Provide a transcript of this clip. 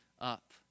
up